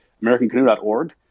AmericanCanoe.org